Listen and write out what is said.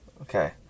okay